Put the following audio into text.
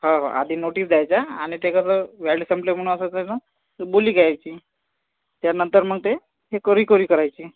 हा हा आधी नोटीस द्यायच्या आणि ते कसं व्हॅल्यू संपली म्हणून असं असं करायचं बोलली घ्यायची त्यानंतर मग ते हे कमी कमी करायची